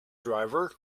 driver